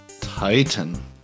Titan